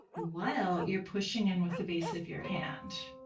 while you're pushing in with the base of your hand.